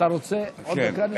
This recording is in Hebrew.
אתה רוצה עוד דקה?